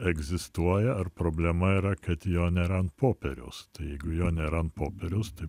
egzistuoja ar problema yra kad jo nėra ant popieriaus tai jeigu jo nėra ant popieriaus tai